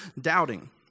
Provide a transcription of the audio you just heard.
doubting